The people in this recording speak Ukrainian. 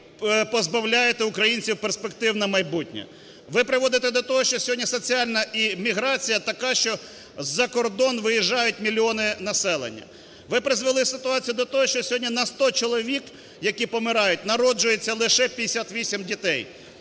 ви позбавляєте українців перспектив на майбутнє. Ви приводите до того, що сьогодні соціальна і… міграція така, що за кордон виїжджають мільйони населення. Ви призвели ситуацію до того, що сьогодні на 100 чоловік, які помирають, народжуються лише 58 дітей.